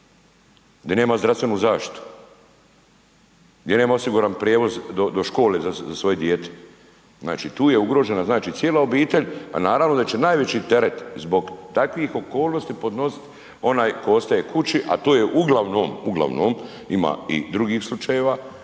di nema zdravstvenu zaštitu, gdje nema osiguran prijevoz do škole za svoje dijete. Znači tu je ugrožena znači cijela obitelj, a naravno da će najveći teret zbog takvih okolnosti podnosit onaj tko ostaje kući, a to je uglavnom, uglavnom ima i drugih slučajeva,